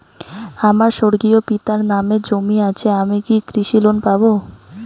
আমার স্বর্গীয় পিতার নামে জমি আছে আমি কি কৃষি লোন পাব?